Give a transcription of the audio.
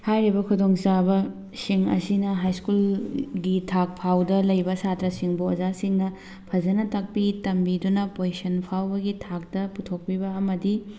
ꯍꯥꯏꯔꯤꯕ ꯈꯨꯗꯣꯡ ꯆꯥꯕꯁꯤꯡ ꯑꯁꯤꯅ ꯍꯥꯏ ꯁ꯭ꯀꯨꯜꯒꯤ ꯊꯥꯛ ꯐꯥꯎꯗ ꯂꯩꯕ ꯁꯥꯇ꯭ꯔꯁꯤꯡꯕꯨ ꯑꯣꯖꯥꯁꯤꯡꯅ ꯐꯖꯅ ꯇꯥꯛꯄꯤ ꯇꯝꯕꯤꯗꯨꯅ ꯄꯣꯖꯤꯁꯟ ꯐꯥꯎꯕꯒꯤ ꯊꯥꯛꯇ ꯄꯨꯊꯣꯛꯄꯤꯕ ꯑꯃꯗꯤ